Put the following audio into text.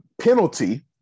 penalty